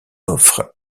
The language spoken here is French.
offre